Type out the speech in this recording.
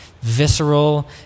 visceral